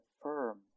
firm